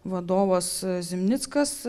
vadovas zimnickas